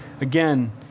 Again